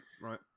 right